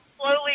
slowly